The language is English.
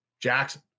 Jackson